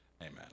amen